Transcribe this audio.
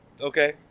Okay